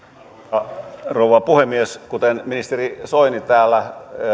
arvoisa rouva puhemies kuten ministeri soini täällä